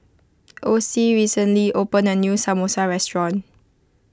Ocie recently opened a new Samosa restaurant